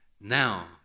now